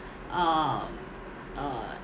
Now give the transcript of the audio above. um uh